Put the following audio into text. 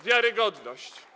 Wiarygodność.